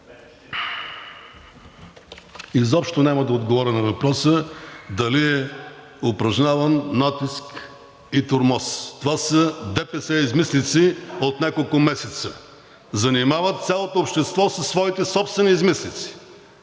Изобщо няма да отговоря на въпроса дали е упражняван натиск и тормоз. Това са ДПС измислици от няколко месеца. Занимават цялото общество със своите собствени измислици.